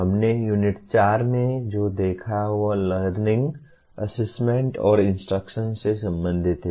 हमने यूनिट 4 में जो देखा वह लर्निंग असेसमेंट और इंस्ट्रक्शन से संबंधित है